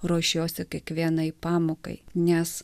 ruošiuosi kiekvienai pamokai nes